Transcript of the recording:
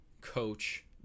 coach